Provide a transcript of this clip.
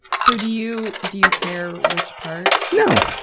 so do you, do you care which part? no!